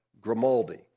Grimaldi